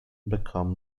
become